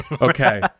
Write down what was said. Okay